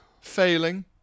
Failing